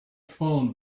phoned